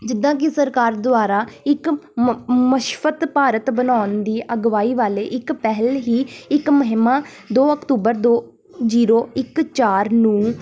ਜਿੱਦਾਂ ਕਿ ਸਰਕਾਰ ਦੁਆਰਾ ਇੱਕ ਮ ਮੁਸ਼ਫਤ ਭਾਰਤ ਬਣਾਉਣ ਦੀ ਅਗਵਾਈ ਵਾਲੇ ਇੱਕ ਪਹਿਲ ਹੀ ਇੱਕ ਮੁਹਿੰਮਾਂ ਦੋ ਅਕਤੂਬਰ ਦੋ ਜੀਰੋ ਇੱਕ ਚਾਰ ਨੂੰ